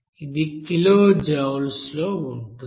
ఇది కిలోజౌల్లో ఉంటుంది